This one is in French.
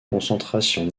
concentration